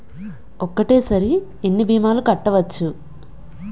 ఒక్కటేసరి ఎన్ని భీమాలు కట్టవచ్చు?